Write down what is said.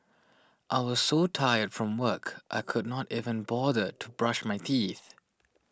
I was so tired from work I could not even bother to brush my teeth